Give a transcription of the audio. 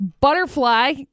butterfly